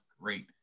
great